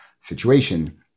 situation